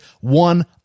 one